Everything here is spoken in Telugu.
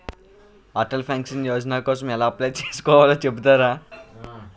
అటల్ పెన్షన్ యోజన కోసం ఎలా అప్లయ్ చేసుకోవాలో చెపుతారా?